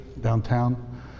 downtown